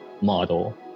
model